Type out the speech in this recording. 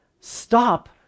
stop